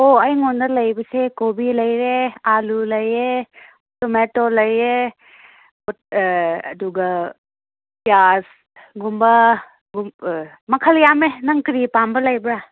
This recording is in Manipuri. ꯑꯣ ꯑꯩꯉꯣꯟꯗ ꯂꯩꯕꯁꯦ ꯀꯣꯕꯤ ꯂꯩꯔꯦ ꯑꯥꯜꯂꯨ ꯂꯩꯌꯦ ꯇꯣꯃꯦꯇꯣ ꯂꯩꯌꯦ ꯑꯗꯨꯒ ꯄꯤꯌꯥꯁꯒꯨꯝꯕ ꯃꯈꯜ ꯌꯥꯝꯃꯦ ꯅꯪ ꯀꯔꯤ ꯄꯥꯝꯕ ꯂꯩꯕꯔꯥ